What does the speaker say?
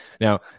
Now